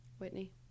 Whitney